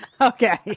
Okay